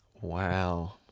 Wow